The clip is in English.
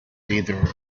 either